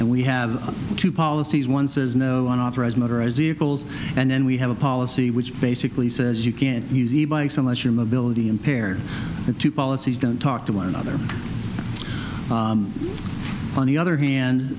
and we have two policies one says no on authorized motorized vehicles and then we have a policy which basically says you can't use the bikes unless you're mobility impaired to policies don't talk to one another on the other hand